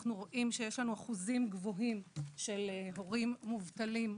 אנחנו רואים שיש לנו אחוזים גבוהים של הורים מובטלים ופרודים.